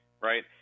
right